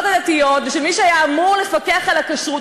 הדתיות ושל מי שהיה אמור לפקח על הכשרות?